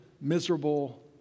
miserable